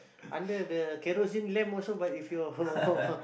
under the kerosene lamp also but if your your